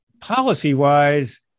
Policy-wise